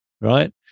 right